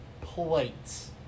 Plates